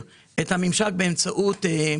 יוזמה ברוכה של נשיא האוניברסיטה לגבי קליטת סטודנטים פליטים,